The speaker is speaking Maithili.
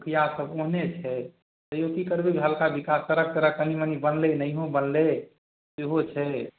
मुखिआसभ ओहने छै तैओ कि करबै हल्का विकास सड़क तड़क कनि मनि बनलै नहिओ बनलै सेहो छै